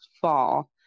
fall